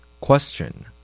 Question